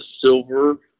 silver